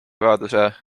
vajaduse